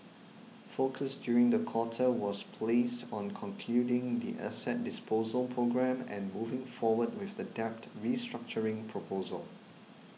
focus during the quarter was placed on concluding the asset disposal programme and moving forward with the debt restructuring proposal